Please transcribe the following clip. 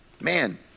Man